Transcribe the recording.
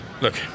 Look